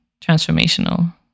transformational